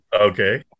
Okay